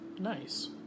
Nice